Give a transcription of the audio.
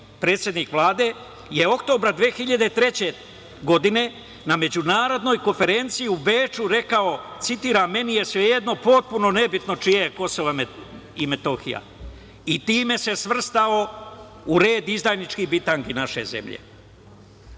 predsednik Vlade, je oktobra 2003. godine na međunarodnoj konferenciji u Beču rekao: "Meni je svejedno, potpuno je nebitno čije je KiM". Time se svrstao u red izdajničkih bitangi naše zemlje. Boris